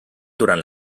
durant